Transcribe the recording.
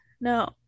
No